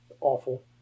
Awful